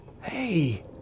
Hey